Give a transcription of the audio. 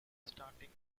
starting